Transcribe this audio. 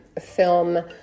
film